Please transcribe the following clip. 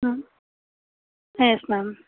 ம் ah yes ma'am